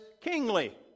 kingly